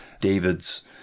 David's